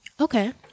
Okay